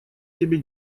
тебе